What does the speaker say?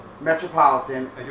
Metropolitan